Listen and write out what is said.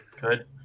Good